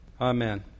Amen